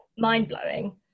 mind-blowing